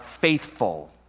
faithful